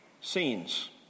scenes